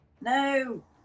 No